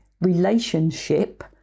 relationship